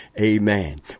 Amen